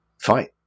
fine